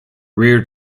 rear